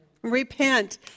Repent